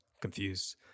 Confused